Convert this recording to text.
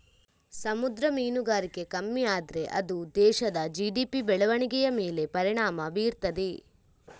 ಸಮುದ್ರ ಮೀನುಗಾರಿಕೆ ಕಮ್ಮಿ ಆದ್ರೆ ಅದು ದೇಶದ ಜಿ.ಡಿ.ಪಿ ಬೆಳವಣಿಗೆಯ ಮೇಲೆ ಪರಿಣಾಮ ಬೀರ್ತದೆ